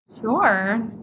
Sure